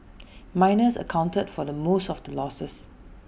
miners accounted for the most of the losses